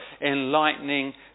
enlightening